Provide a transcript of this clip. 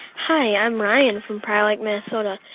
hi. i'm ryan from prior lake, minn. but